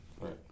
Right